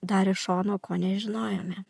dar iš šono ko nežinojome